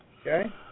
Okay